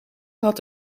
had